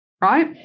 right